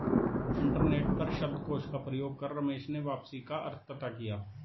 internet पर शब्दकोश का प्रयोग कर रमेश ने वापसी का अर्थ पता किया